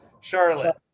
Charlotte